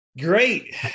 Great